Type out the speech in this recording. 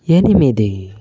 ఎనిమిది